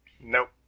Nope